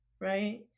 right